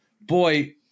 boy